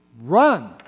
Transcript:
Run